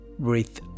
Breathe